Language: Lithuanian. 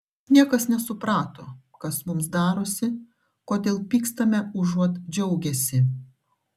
niekas nesuprato kas mums darosi kodėl pykstame užuot džiaugęsi